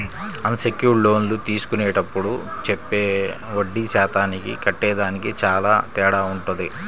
అన్ secured లోన్లు తీసుకునేప్పుడు చెప్పే వడ్డీ శాతానికి కట్టేదానికి చానా తేడా వుంటది